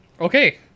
Okay